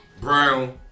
Brown